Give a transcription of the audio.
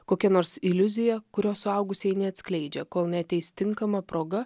kokia nors iliuzija kurios suaugusieji neatskleidžia kol neateis tinkama proga